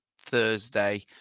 Thursday